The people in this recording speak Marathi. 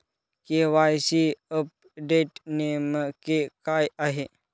के.वाय.सी अपडेट नेमके काय आहे?